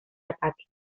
ataque